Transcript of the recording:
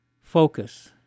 focus